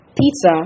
pizza